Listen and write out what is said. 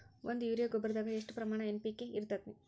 ಒಂದು ಯೂರಿಯಾ ಗೊಬ್ಬರದಾಗ್ ಎಷ್ಟ ಪ್ರಮಾಣ ಎನ್.ಪಿ.ಕೆ ಇರತೇತಿ?